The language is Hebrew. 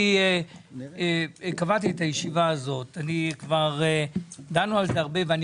אני קבעתי את הישיבה הזאת - דנו על זה הרבה - ואני